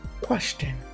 question